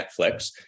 Netflix